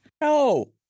No